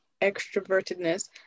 extrovertedness